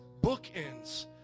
bookends